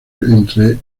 entre